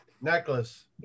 Necklace